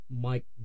Mike